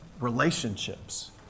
relationships